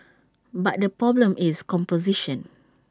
but the problem is composition